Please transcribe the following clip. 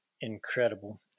incredible